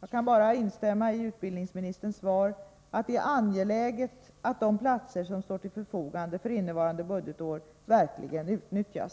Jag kan bara instämma i utbildningsministerns svar, att det är angeläget att de platser som står till förfogande för innevarande budgetår verkligen utnyttjas.